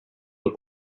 will